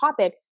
topic